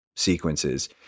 sequences